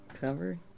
cover